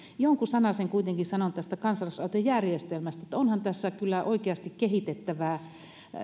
jonkun sanasen kuitenkin sanon tästä kansalaisaloitejärjestelmästä että onhan tässä kyllä oikeasti kehitettävää